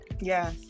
Yes